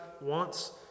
wants